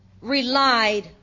relied